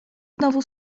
znowu